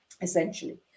essentially